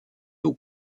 aux